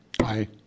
Aye